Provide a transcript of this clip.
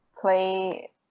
play